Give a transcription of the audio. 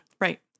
Right